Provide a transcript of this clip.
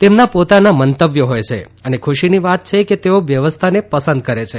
તેમના પોતાના મંતવ્યો હોય છે અને ખુશીની વાત છે કે તેઓ વ્યવસ્થાને પસંદ કરે છે